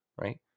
right